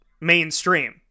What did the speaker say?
mainstream